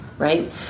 Right